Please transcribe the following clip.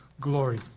glory